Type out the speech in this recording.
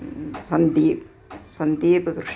Sandeep Sandeep Krishnan